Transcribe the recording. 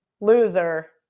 loser